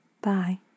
Bye